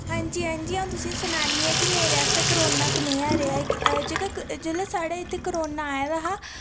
हांजी हांजी अ'ऊं तुसें ई सनान्नी आं कि मेरे आस्तै करोना कनेहा रेहा ऐ कि जेल्लै साढ़े इत्थै करोना आए दा हा